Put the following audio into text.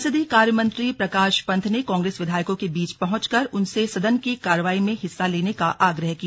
संसदीय कार्यमंत्री प्रकाश पंत ने कांग्रेस विधायकों के बीच पहुंचकर उनसे सदन की कार्यवाही में हिस्सा लेने का आग्रह किया